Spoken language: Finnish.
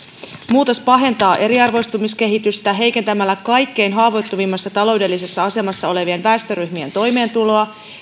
muutos pahentaa eriarvoistumiskehitystä heikentämällä kaikkein haavoittuvimmassa taloudellisessa asemassa olevien väestöryhmien toimeentuloa